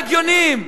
כל הדברים ההגיוניים.